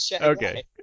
Okay